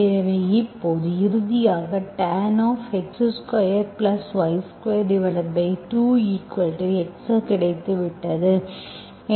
எனவே இப்போது இறுதியாக tan x2y22 x கிடைத்துவிட்டது